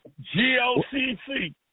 G-O-C-C